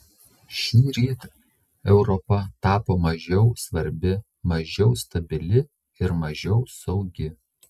šįryt europa tapo mažiau svarbi mažiau stabili ir mažiau saugi